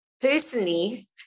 personally